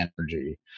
energy